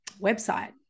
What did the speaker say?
website